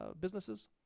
businesses